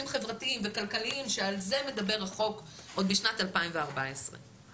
חברתיים וכלכליים שעל זה מדבר החוק עוד משנת 2014. וכן,